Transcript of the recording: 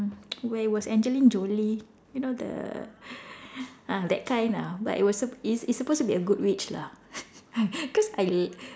where it was Angelina Jolie you know the ah that kind ah but it was it's it's supposed to be a good witch lah cause I